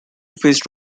faced